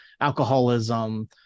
alcoholism